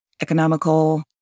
economical